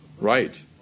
right